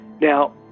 Now